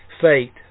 fate